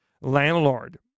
landlord